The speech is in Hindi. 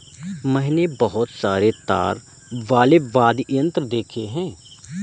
मैंने बहुत सारे तार वाले वाद्य यंत्र देखे हैं